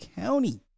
County